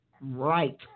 right